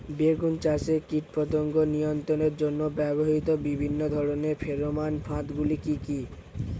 বেগুন চাষে কীটপতঙ্গ নিয়ন্ত্রণের জন্য ব্যবহৃত বিভিন্ন ধরনের ফেরোমান ফাঁদ গুলি কি কি?